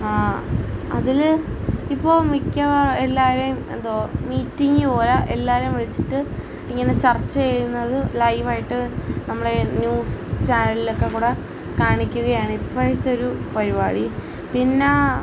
അതില് ഇപ്പോള് എല്ലാവരെയും എന്തോ മീറ്റിങ് പോലെ എല്ലാവരെയും വിളിച്ചിട്ട് ഇങ്ങനെ ചർച്ച ചെയ്യുന്നത് ലൈവായിട്ട് നമ്മളെ ന്യൂസ് ചാനലിലൊക്കെക്കൂടെ കാണിക്കുകയാണ് ഇപ്പഴത്തൊരു പരിപാടി പിന്നെ